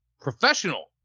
Professional